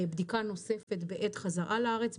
בדיקה נוספת בעת חזרה לארץ,